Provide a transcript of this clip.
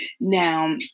Now